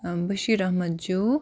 ٲں بشیٖر احمد جوٗ